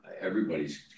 everybody's